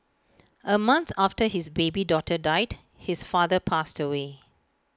A month after his baby daughter died his father passed away